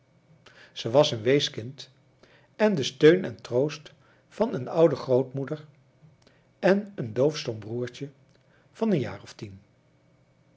zij was een weeskind en de steun en troost van een oude grootmoeder en een doofstom broertje van een jaar of tien